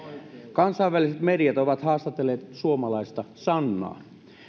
kansainväliset mediat ovat haastatelleet suomalaista sannaa